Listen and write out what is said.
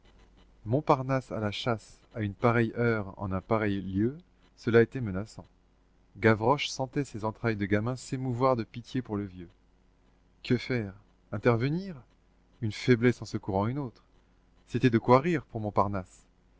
montparnasse à la chasse à une pareille heure en un pareil lieu cela était menaçant gavroche sentait ses entrailles de gamin s'émouvoir de pitié pour le vieux que faire intervenir une faiblesse en secourant une autre c'était de quoi rire pour montparnasse